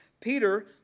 Peter